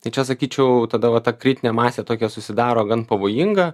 tai čia sakyčiau tada va ta kritinė masė tokia susidaro gan pavojinga